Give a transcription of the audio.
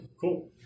Cool